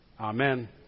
amen